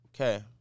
Okay